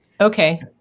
Okay